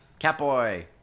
Catboy